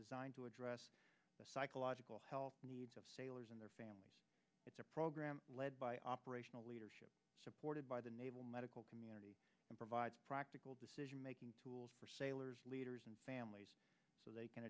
designed to address the psychological health needs of sailors and their families it's a program led by operational leadership supported by the naval medical community and provides practical decision making tools for sailors leaders and families so they can